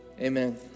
amen